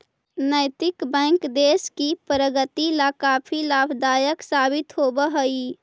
नैतिक बैंक देश की प्रगति ला काफी लाभदायक साबित होवअ हई